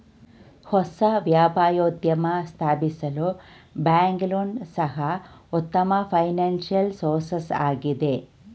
ಹೊಸ ವ್ಯಾಪಾರೋದ್ಯಮ ಸ್ಥಾಪಿಸಲು ಬ್ಯಾಂಕ್ ಲೋನ್ ಸಹ ಉತ್ತಮ ಫೈನಾನ್ಸಿಯಲ್ ಸೋರ್ಸಸ್ ಆಗಿದೆ